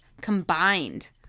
combined